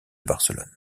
barcelone